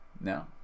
No